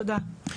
תודה.